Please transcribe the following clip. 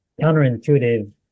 counterintuitive